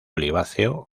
oliváceo